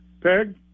Peg